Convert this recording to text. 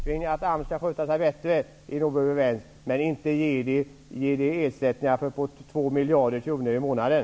Det kunde kanske vara bra om AMS skötte sig bättre, men inte ger det ersättningar på uppemot 2 miljarder kronor i månaden.